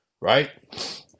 right